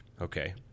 okay